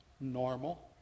normal